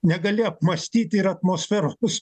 negali apmąstyti ir atmosferos